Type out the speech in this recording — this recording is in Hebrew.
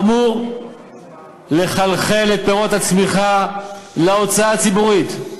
אמור לחלחל את פירות הצמיחה להוצאה הציבורית.